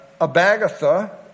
Abagatha